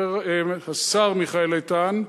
השר מיכאל איתן,